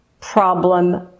problem